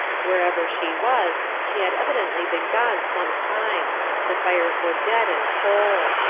wherever she was, she had evidently been gone some time the fires were dead and cold.